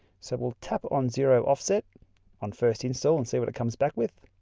so we'll tap on zero offset on first install and see what it comes back with.